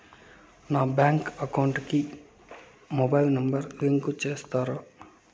నా bank account కు mobile number ను లింకు చేస్తారా?